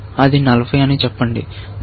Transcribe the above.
అది 40 అని చెప్పండి